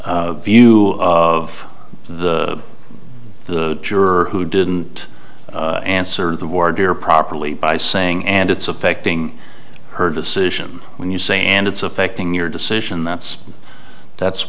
view of the juror who didn't answer the war dear properly by saying and it's affecting her decision when you say and it's affecting your decision that's that's